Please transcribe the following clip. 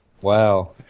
Wow